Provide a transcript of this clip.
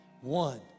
One